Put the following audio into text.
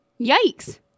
Yikes